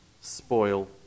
spoil